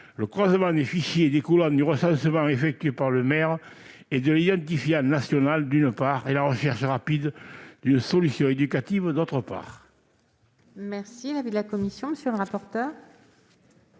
le croisement des fichiers découlant du recensement effectué par le maire et de l'identifiant national et, d'autre part, la recherche rapide d'une solution éducative. Quel est l'avis de la commission de la culture